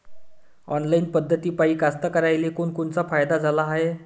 Online पद्धतीपायी कास्तकाराइले कोनकोनचा फायदा झाला हाये?